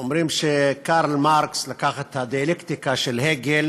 אומרים שקרל מרקס לקח את הדיאלקטיקה של הגל